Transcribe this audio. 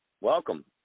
Welcome